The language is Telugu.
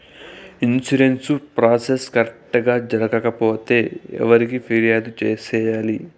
ఇన్సూరెన్సు ప్రాసెస్ కరెక్టు గా జరగకపోతే ఎవరికి ఫిర్యాదు సేయాలి